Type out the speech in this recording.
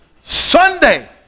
Sunday